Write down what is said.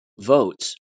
votes